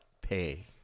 pay